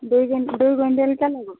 দুই কুইণ্টেল দুই কুইণ্টেলকৈ লাগে